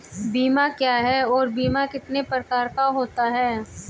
बीमा क्या है और बीमा कितने प्रकार का होता है?